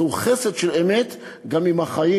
זהו חסד של אמת גם עם החיים,